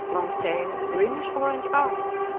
long tail, greenish orange eyes,